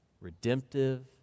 redemptive